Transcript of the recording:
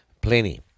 Plenty